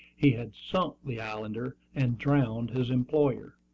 he had sunk the islander and drowned his employer.